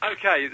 Okay